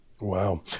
Wow